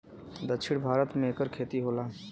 दक्षिण भारत मे एकर खेती होला